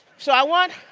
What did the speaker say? so i want,